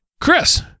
Chris